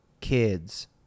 kids